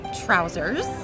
trousers